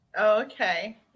Okay